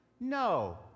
No